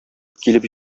килеп